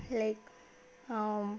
లేక